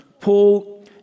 paul